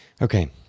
Okay